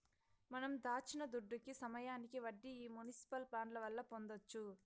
మనం దాచిన దుడ్డుకి సమయానికి వడ్డీ ఈ మునిసిపల్ బాండ్ల వల్ల పొందొచ్చు